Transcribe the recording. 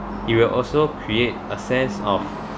it will also create a sense of